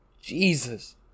Jesus